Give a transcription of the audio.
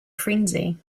frenzy